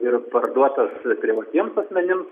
ir parduotas privatiems asmenims